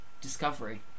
Discovery